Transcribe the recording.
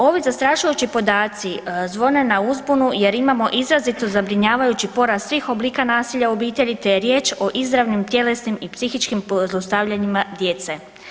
Ovi zastrašujući podaci zvone na uzbunu jer imamo izrazito zabrinjavajući porast svih oblika nasilja u obitelji, te je riječ o izravnim tjelesnim i psihičkim zlostavljanjima djece.